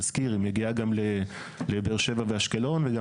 אני מזכיר,